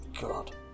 god